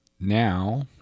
Now